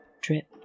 drip